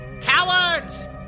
Cowards